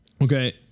Okay